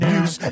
News